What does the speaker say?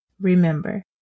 Remember